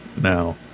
now